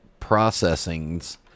processings